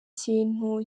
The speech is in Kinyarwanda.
kintu